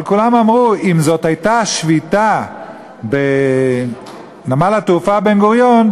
אבל כולם אמרו: אם זאת הייתה שביתה בנמל התעופה בן-גוריון,